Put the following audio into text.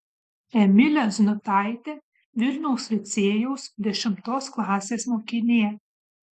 emilė znutaitė vilniaus licėjaus dešimtos klasės mokinė